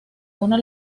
una